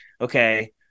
okay